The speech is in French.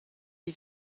les